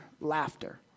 laughter